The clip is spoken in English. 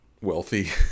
wealthy